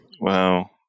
Wow